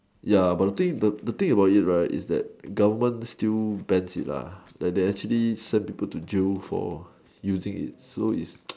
ya but the thing the thing about it right is that government still bans it lah like they actually send people to jail for using so is